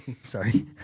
Sorry